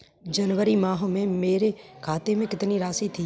जनवरी माह में मेरे खाते में कितनी राशि थी?